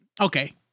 okay